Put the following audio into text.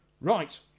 right